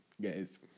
Guys